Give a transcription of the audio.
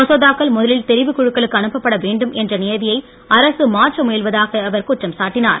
மசோதாக்கள் முதலில் தெரிவுக் குழுக்களுக்கு அனுப்பப்பட வேண்டும் என்ற நியதியை அரசு மாற்ற முயலுவதாக அவர் குற்றம் சாட்டினார்